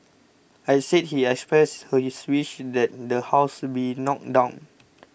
I said he expressed his wish that the house be knocked down